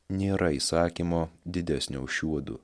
nėra įsakymo didesnio už šiuodu